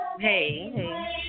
Hey